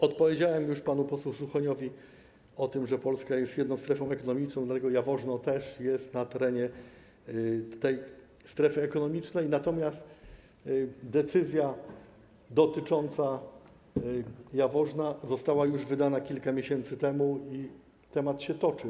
Odpowiedziałem już panu posłowi Suchoniowi, że Polska jest jedną strefą ekonomiczną, dlatego Jaworzno też jest na terenie tej strefy ekonomicznej, natomiast decyzja dotycząca Jaworzna została wydana już kilka miesięcy temu i sprawa się toczy.